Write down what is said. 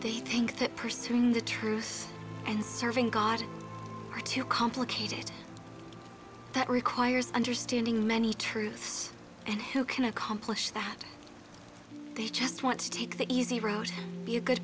they think that pursuing the truth and serving god are too complicated that requires understanding many truths and who can accomplish that they just want to take the easy road be a good